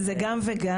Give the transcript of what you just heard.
זה גם וגם.